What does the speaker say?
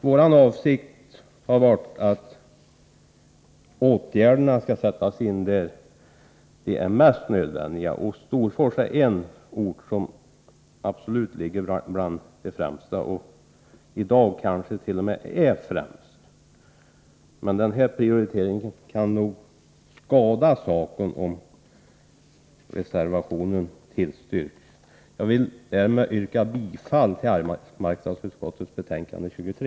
Vår avsikt har varit att åtgärderna skall sättas in där de är mest nödvändiga. Storfors är den ort som absolut ligger bland de främsta och i dag kanske t.o.m. är främst. Men denna prioritering kan nog skadas av att Jag vill därmed yrka bifall till hemställan i arbetsmarknadsutskottets betänkande 23.